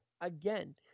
again